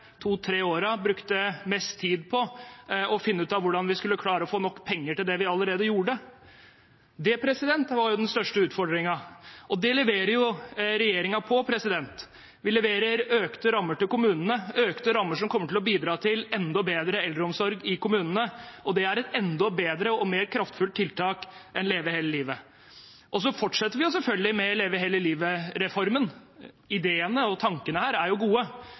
brukte jeg mest tid på å finne ut av hvordan vi skulle klare å få nok penger til det vi allerede gjorde. Det var den største utfordringen. Det leverer regjeringen på. Man leverer økte rammer til kommunene, økte rammer som kommer til å bidra til enda bedre eldreomsorg i kommunene, og det er et enda bedre og mer kraftfullt tiltak enn Leve hele livet. Så fortsetter vi selvfølgelig med Leve hele livet-reformen. Ideene og tankene der er gode, men når det legges fram her på en sånn måte at det sås tvil om hvorvidt det er